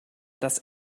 das